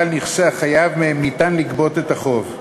על נכסי החייב שמהם ניתן לגבות את החוב,